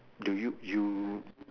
do you you